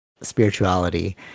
spirituality